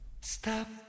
Stop